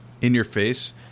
in-your-face